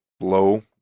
low